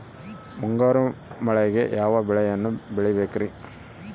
ಮುಂಗಾರು ಮಳೆಗೆ ಯಾವ ಬೆಳೆಯನ್ನು ಬೆಳಿಬೇಕ್ರಿ?